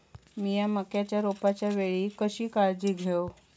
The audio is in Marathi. मीया मक्याच्या रोपाच्या वेळी कशी काळजी घेव?